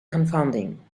confounding